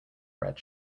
red